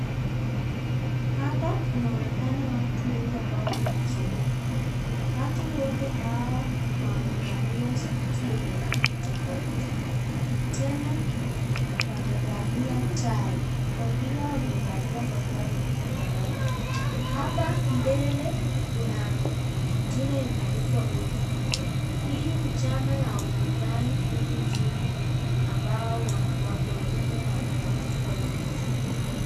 Hapa kunaonekana watu wengi ambao wamekusanyika. Watu wote hawa wamevalia suti yenye rangi tofauti. Tena wamevalia tai. Kofia wamevalia kofia zinazofanana. Hapa mbele kuna jina imeandikwa ODM.Hii ni chama ya upinzani humu nchini ambao wako nyuma ya katiba yetu.